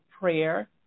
prayer